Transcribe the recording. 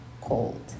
cold